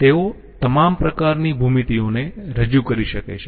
તેઓ તમામ પ્રકારની ભૂમિતિઓને રજૂ કરી શકે છે